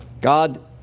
God